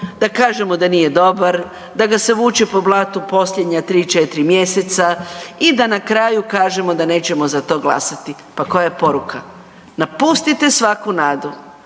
da kažemo da nije dobar, da ga se vuče po blatu posljednja tri, četiri mjeseca i da na kraju kažemo da nećemo za to glasati. Pa koja je poruka? Napustite svaku nadu.